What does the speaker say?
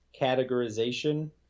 categorization